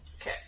Okay